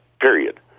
period